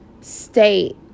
state